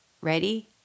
Ready